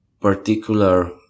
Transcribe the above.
particular